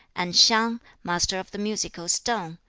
and hsiang, master of the musical stone,